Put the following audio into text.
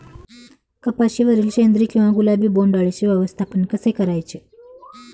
कपाशिवरील शेंदरी किंवा गुलाबी बोंडअळीचे व्यवस्थापन कसे करायचे?